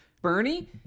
Bernie